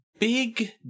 big